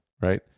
Right